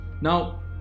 Now